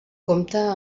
compta